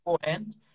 beforehand